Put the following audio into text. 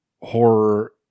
horror